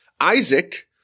Isaac